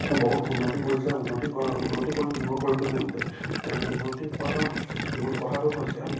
বহুত উন্নতি কৰিছে উন্নতি কৰা উন্নতি কৰি মোৰো কৰিবলৈ মন যায় তেওঁ উন্নতি কৰাৰ মূল কথাটো হৈছে